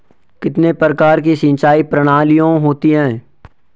कितने प्रकार की सिंचाई प्रणालियों होती हैं?